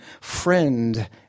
friend